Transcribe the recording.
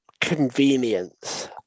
convenience